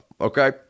okay